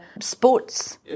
sports